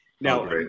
Now